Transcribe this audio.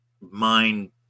mind